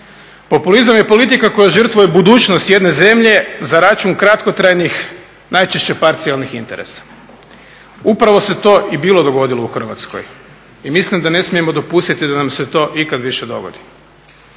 Populizam je politika koja žrtvuje budućnost jedne zemlje za račun kratkotrajnih, najčešće parcijalnih interesa. Upravo se to i bilo dogodilo u Hrvatskoj i mislim da ne smijemo dopustiti da nam se to ikad više dogodi.